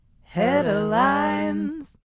Headlines